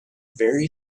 very